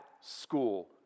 school